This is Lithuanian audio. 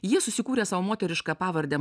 jie susikūrė sau moterišką pavardę